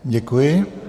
Děkuji.